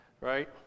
Right